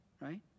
Right